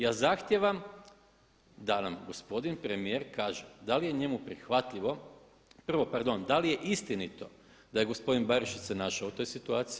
Ja zahtijevam da nam gospodin premijer kaže, da li je njemu prihvatljivo, prvo pardon, da li je istinito da je gospodin Barišić se našao u toj situaciji?